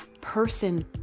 person